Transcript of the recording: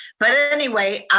but anyway,